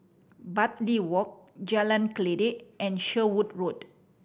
Bartley Walk Jalan Kledek and Sherwood Road